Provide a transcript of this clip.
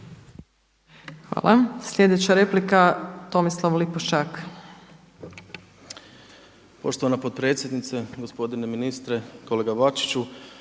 Hvala. Sljedeća replika Tomislav Lipošćak.